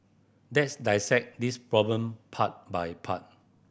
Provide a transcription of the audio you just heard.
let's dissect this problem part by part